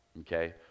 Okay